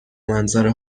منظره